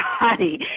body